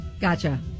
Gotcha